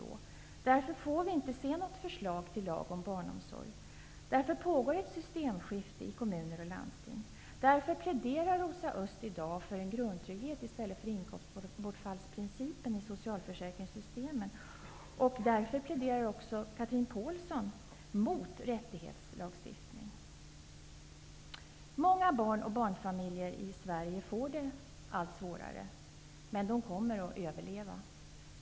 Det är därför som vi aldrig får se något förslag till lag om barnomsorg. Det pågår ett systemskifte i kommuner och landsting. Därför pläderar Rosa Östh i dag för en grundtrygghet i stället för inkomstbortfallsprincipen i socialförsäkringssystemen, samtidigt som Chatrine Pålsson pläderar mot rättighetslagstiftning. Många barn och barnfamiljer i Sverige får det allt svårare, men de kommer att överleva.